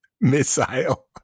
Missile